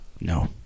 no